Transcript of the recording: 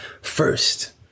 first